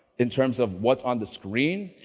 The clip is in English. in terms of what's on the screen,